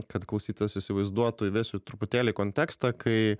kad klausytojas įsivaizduotų įvesiu truputėlį kontekstą kai